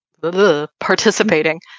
participating